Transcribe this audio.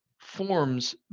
forms